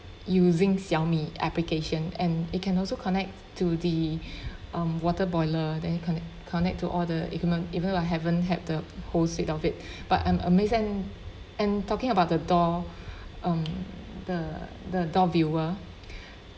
using Xiaomi application and it can also connect to the um water boiler then you connect connect to all the equipment even I haven't had the whole suite of it but I'm amaze and and talking about the door um the the door viewer